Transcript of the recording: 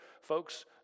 folks